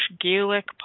Gaelic